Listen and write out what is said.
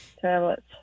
Tablets